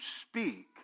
speak